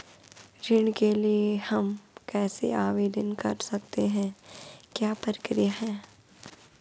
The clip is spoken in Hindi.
ऋण के लिए हम कैसे आवेदन कर सकते हैं क्या प्रक्रिया है?